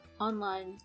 online